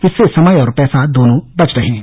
इससे समय और पैसा दोनों बच रहे हैं